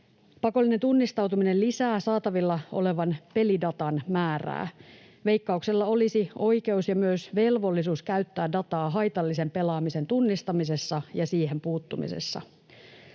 Pakollinen tunnistautuminen lisää saatavilla olevan pelidatan määrää. Veikkauksella olisi oikeus ja myös velvollisuus käyttää dataa haitallisen pelaamisen tunnistamisessa ja siihen puuttumisessa.